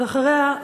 ואחריה,